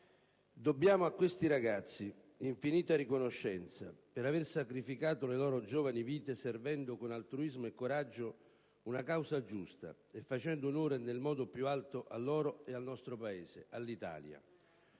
«dobbiamo a questi ragazzi infinita riconoscenza per aver sacrificato le loro giovani vite servendo con altruismo e coraggio una causa giusta e facendo onore nel modo più alto al loro e nostro Paese, all'Italia».